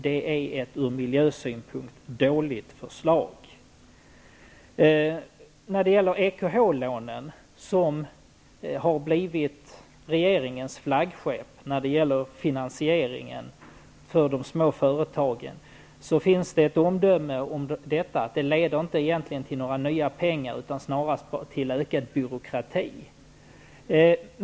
Det är ett ur miljösynpunkt dåligt förslag. Om EKH-lånen, som ju blivit regeringens flaggskepp när det gäller finansieringen för småföretagen, finns ett omdöme att de egentligen inte leder till några nya pengar, snarare till ökad byråkrati.